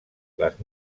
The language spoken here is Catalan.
les